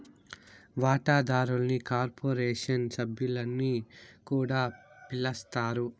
వాటాదారుల్ని కార్పొరేషన్ సభ్యులని కూడా పిలస్తారు